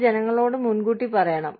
അത് ജനങ്ങളോട് മുൻകൂട്ടി പറയണം